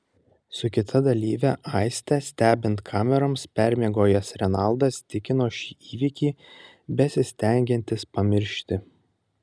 su kita dalyve aiste stebint kameroms permiegojęs renaldas tikino šį įvykį besistengiantis pamiršti